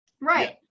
Right